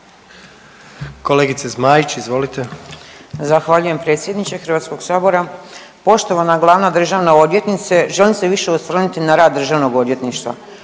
**Zmaić, Ankica (HDZ)** Zahvaljujem predsjedniče Hrvatskog sabora. Poštovana glavna državna odvjetnice želim se više osvrniti na rad Državnog odvjetništva.